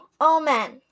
Amen